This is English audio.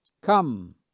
Come